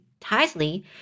tightly